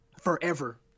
forever